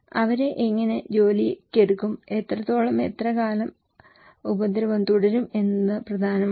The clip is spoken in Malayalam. അതിനാൽ അവരെ എങ്ങനെ ജോലിക്കെടുക്കും എത്രത്തോളം എത്രകാലം ഉപദ്രവം തുടരും എന്നത് പ്രധാനമാണ്